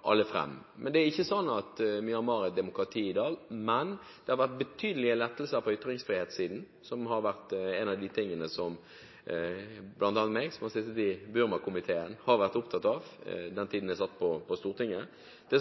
har vært en av de tingene som blant andre jeg, som har sittet i Burmakomiteen, har vært opptatt av den tiden jeg satt på Stortinget. Det